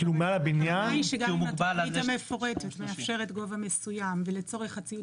גם התוכנית המפורטת מאפשרת גובה מסויים ולצור הציוד